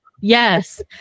Yes